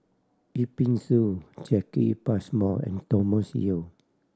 Yip Pin Xiu Jacki Passmore and Thomas Yeo